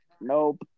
nope